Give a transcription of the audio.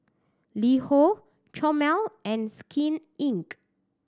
LiHo Chomel and Skin Inc